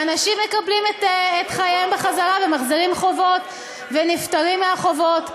ואנשים מקבלים את חייהם בחזרה ומחזירים חובות ונפטרים מהחובות.